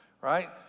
right